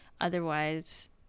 otherwise